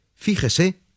Fíjese